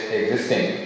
existing